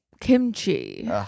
Kimchi